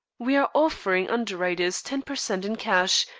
we are offering underwriters ten per cent in cash,